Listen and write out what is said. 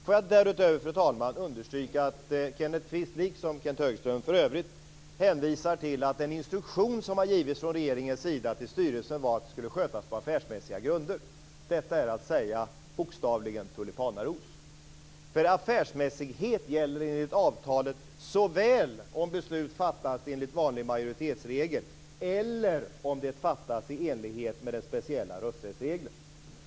Får jag därutöver, fru talman, understryka att Kenneth Kvist, liksom Kenth Högström för övrigt, hänvisar till att den instruktion som har givits från regeringens sida till styrelsen var att det hela skulle skötas på affärsmässiga grunder. Detta är att bokstavligen säga tulipanaros. Affärsmässighet gäller nämligen enligt avtalet såväl om beslut fattas enligt vanlig majoritetsregel som om det fattas i enlighet med den speciella rösträttsregeln.